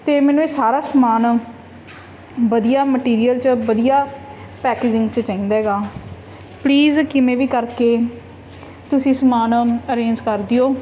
ਅ ਤੇ ਮੈਨੂੰ ਇਹ ਸਾਰਾ ਸਮਾਨ ਵਧੀਆ ਮਟੀਰੀਅਲ 'ਚ ਵਧੀਆ ਪੈਕਜਿੰਗ 'ਚ ਚਾਹੀਦਾ ਹੈਗਾ ਪਲੀਜ਼ ਕਿਵੇਂ ਵੀ ਕਰਕੇ ਤੁਸੀਂ ਸਮਾਨ ਅਰੇਂਜ ਕਰ ਦਿਓ